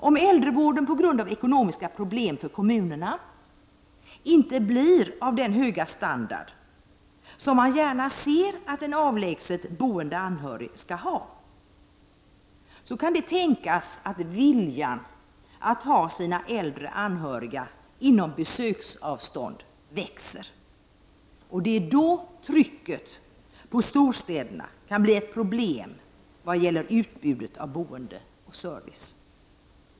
Om äldrevården på grund av ekonomiska problem för kommunerna inte blir av den höga standard som man gärna ser att en avlägset boende anhörig skall ha, kan det tänkas att viljan att ha sina äldre anhöriga inom besöksavstånd växer. Då kan trycket på storstäderna bli ett problem vad gäller utbudet av boende och service.